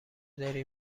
داری